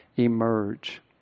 emerge